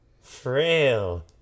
frail